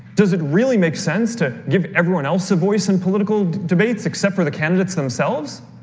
does it really make sense to give everyone else a voice in political debates except for the candidates themselves?